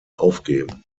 aufgeben